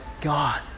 God